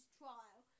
trial